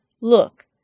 Look